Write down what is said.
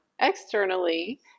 externally